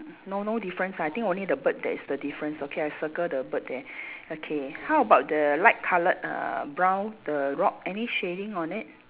mm mm no no difference ah I think only the bird that is the difference okay I circle the bird then okay how about the light coloured err brown the rock any shading on it